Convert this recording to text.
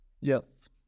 Yes